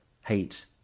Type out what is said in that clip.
Hate